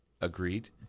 Agreed